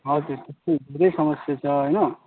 हजुर त्यस्तै धेरै समस्या छ होइन